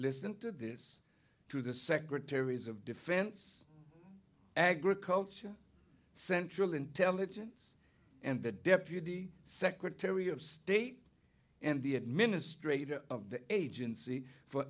listen to this to the secretaries of defense agriculture central intelligence and the deputy secretary of state and the administrator of the agency for